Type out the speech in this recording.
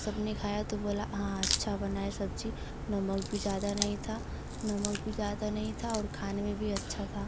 सबने खाया तो बोला हाँ अच्छा बना है सब्जी नमक भी ज़्यादा नहीं था नमक भी ज़्यादा नहीं था और खाने में भी अच्छा था